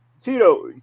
Tito